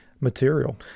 material